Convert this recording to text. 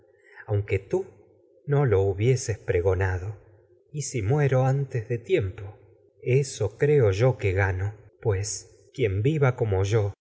morir cómo no aunque lo hubieses eso pregonado y que gano si muero antes de tiempo creo yo pues quien viva como yo